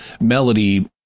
melody